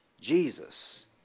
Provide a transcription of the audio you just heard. Jesus